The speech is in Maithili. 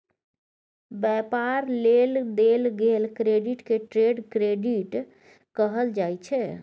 व्यापार लेल देल गेल क्रेडिट के ट्रेड क्रेडिट कहल जाइ छै